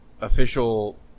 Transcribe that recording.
official